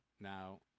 Now